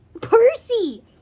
Percy